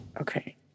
Okay